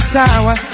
tower